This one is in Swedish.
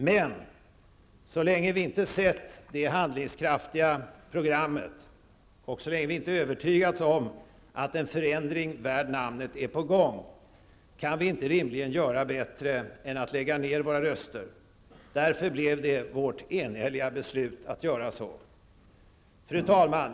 Men så länge vi inte sett ett sådant handlingskraftigt program och så länge vi inte övertygats om att en förändring värd namnet är på gång kan vi inte rimligen göra bättre än lägga ned våra röster. Därför har vi enhälligt beslutat göra så. Fru talman!